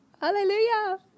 Hallelujah